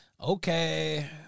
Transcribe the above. okay